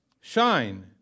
shine